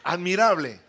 Admirable